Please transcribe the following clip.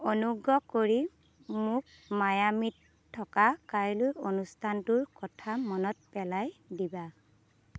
অনুগ্ৰহ কৰি মোক মায়ামিত থকা কাইলৈৰ অনুষ্ঠানটোৰ কথা মনত পেলাই দিবা